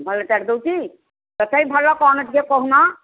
ଭଲ ଚାଟ୍ ଦେଉଛି ତଥାପି ଭଲ କ'ଣ ଟିକିଏ କହୁନ